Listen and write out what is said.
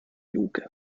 luke